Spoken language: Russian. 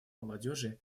молодежи